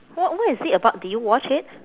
what what is it about did you watch it